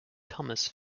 thomas